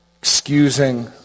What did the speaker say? excusing